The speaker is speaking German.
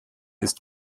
ist